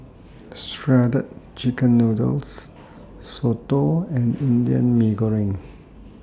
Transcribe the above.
Shredded Chicken Noodles Soto and Indian Mee Goreng